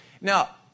Now